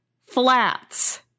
flats